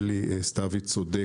אלי סתוי צודק,